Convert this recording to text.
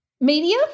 Media